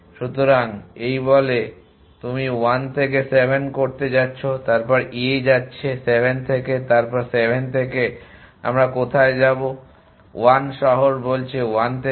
সুতরাং এই বলে তুমি 1 থেকে 7 করতে যাচ্ছো আমরা a যাচ্ছে 7 থেকে তারপর 7 থেকে আমরা কোথায় যাবো 1 শহর বলছে 1 তে যাও